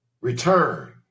return